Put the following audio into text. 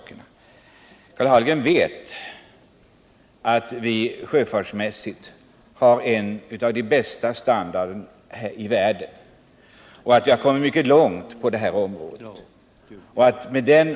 Karl Hallgren vet att vi sjöfartsmässigt har en standard som hör till de bästa i världen och att vi har kommit mycket långt på detta område.